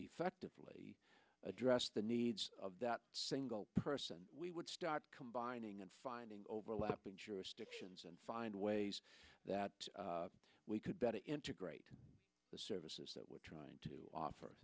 effectively address the needs of that single person we would start combining and finding overlapping jurisdictions and find ways that we could better integrate the services that we're trying to offer